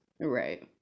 Right